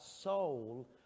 soul